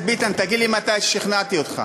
חבר הכנסת ביטן, תגיד לי מתי שכנעתי אותך.